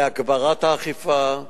להגברת האכיפה,